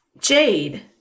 Jade